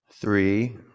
Three